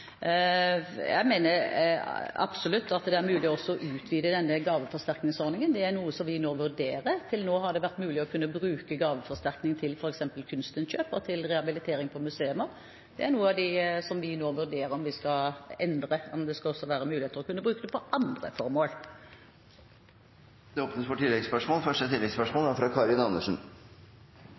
Jeg mener absolutt at det er mulig å utvide gaveforsterkningsordningen. Det er noe som vi nå vurderer. Til nå har det vært mulig å bruke gaveforsterkning til f.eks. kunstinnkjøp og rehabilitering for museer. Det er noe av det vi nå vurderer om vi skal endre, ved at det også skal kunne være mulig å bruke den til andre formål. Det åpnes for oppfølgingsspørsmål – først Karin Andersen.